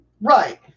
Right